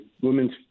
women's